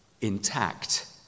intact